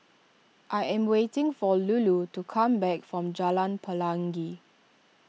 I am waiting for Lulu to come back from Jalan Pelangi